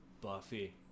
Buffy